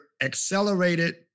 accelerated